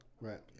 Right